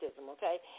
okay